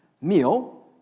meal